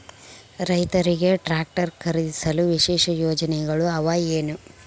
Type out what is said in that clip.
ರೈತರಿಗೆ ಟ್ರಾಕ್ಟರ್ ಖರೇದಿಸಲು ವಿಶೇಷ ಯೋಜನೆಗಳು ಅವ ಏನು?